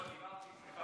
לא, דיברתי.